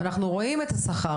אנחנו הרי רואים את השכר,